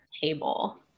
table